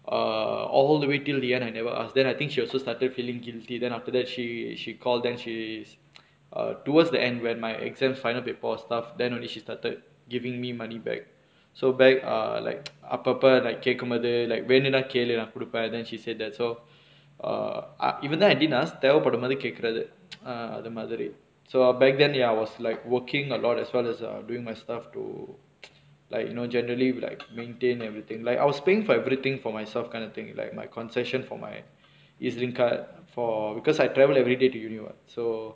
err all the way till the end I never ask then I think she also started feeling guilty then after that she she call then she err towards the end when my exam final paper or stuff then only she started giving me money back so back err like அப்பப்ப நா கேக்கும் போது:appapa naa kekkum pothu like வேணுனா கேளு நா குடுப்ப:venunaa kelu naa kuduppa then she said that so err ah இவதா:ivathaa I didn't ask தேவபடும் போது கேக்குறது:thevapadum pothu kekkurathu ah அது மாதிரி:athu maathiri so our back then ya I was like working a lot as well as err during my stuff to like you know generally like maintain everything like I was paying for everything for myself kind of thing like my concession for my EZ-Link card for because I travel everyday to university [what] so